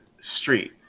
street